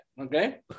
okay